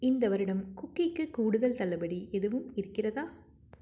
இந்த வருடம் குக்கீக்கு கூடுதல் தள்ளுபடி எதுவும் இருக்கிறதா